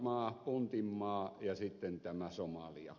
somalimaa puntmaa ja sitten somalia